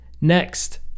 Next